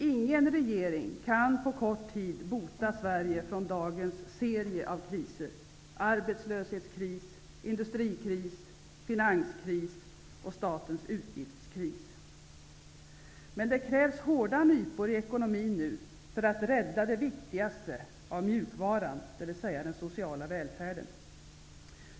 Ingen regering kan på kort tid bota Sverige från dagens serie av kriser -- arbetslöshetskris, industrikris, finanskris och statens utgiftskris. Det krävs hårda nypor i ekonomin nu för att rädda det viktigaste av mjukvaran, dvs. den sociala välfärden.